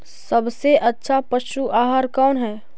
सबसे अच्छा पशु आहार कौन है?